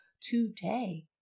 today